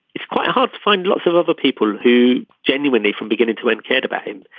it's quite hard to find lots of other people who genuinely from beginning to end cared about him.